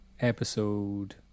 episode